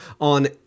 on